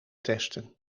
testen